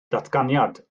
datganiad